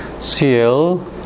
Cl